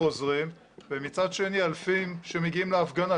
וחוזרים ומצד שני אלפים שמגיעים להפגנה.